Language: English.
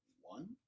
One